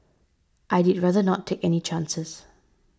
I did rather not take any chances